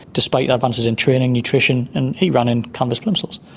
despite advances in training, nutrition, and he ran in canvas plimsolls.